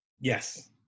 Yes